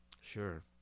Sure